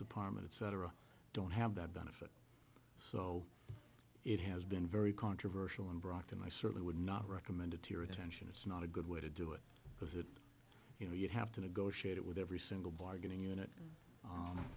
department cetera don't have that benefit so it has been very controversial in brockton i certainly would not recommend a tear attention it's not a good way to do it because it you know you have to negotiate it with every single bargaining unit